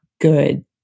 good